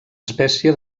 espècie